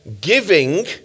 giving